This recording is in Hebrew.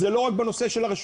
זה לא רק בנושא הרשויות,